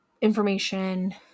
information